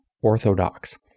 orthodox